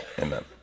amen